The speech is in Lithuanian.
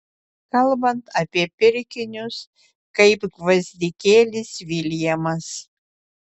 kalbant apie pirkinius kaip gvazdikėlis viljamas